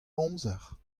amzer